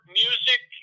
music